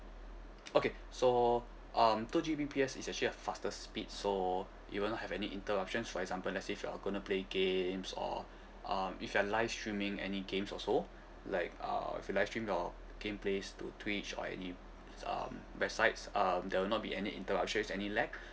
okay so um two G_B_P_S is actually a faster speed so you won't have any interruptions for example let's say if you're going to play games or um if you're live streaming any games also like uh if you're live streaming your gameplays to twitch or any um websites um there will not be any interruptions any lag